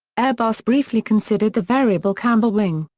airbus briefly considered the variable camber wing,